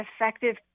effective